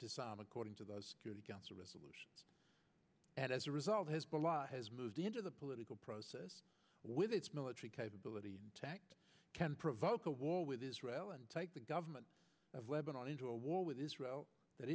disarm according to those council resolutions and as a result hezbollah has moved into the political process with its military capability to act can provoke a war with israel and take the government of lebanon into a war with israel that